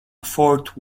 fort